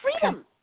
freedom